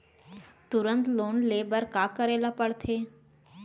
तुरंत लोन ले बर का करे ला पढ़थे?